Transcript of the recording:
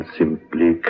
simply